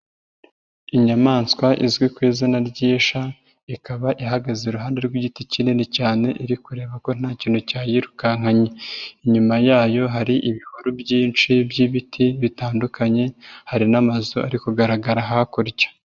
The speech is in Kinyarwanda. Inyamaswa izwi ku izina ry'isha, ikaba ihagaze iruhande rw'igiti kinini cyane iri kureba ko nta kintu cyayirukankanye, inyuma yayo hari ibihuru byinshi by'ibiti bitandukanye, hari n'amazu ari kugaragara hakurya.